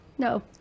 No